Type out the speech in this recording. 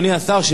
אדוני השר,